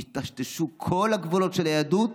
ייטשטשו כל הגבולות של היהדות